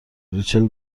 ریچل